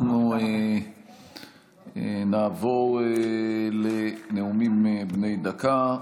אנחנו נעבור לנאומים בני דקה.